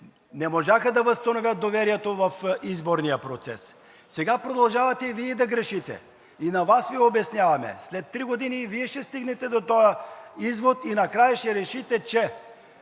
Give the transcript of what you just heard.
не можаха да възстановят доверието в изборния процес. Сега и Вие продължавате да грешите. И на Вас обясняваме, след три години и Вие ще стигнете до този извод и накрая ще решите, че